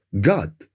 God